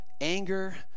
anger